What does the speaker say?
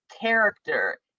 character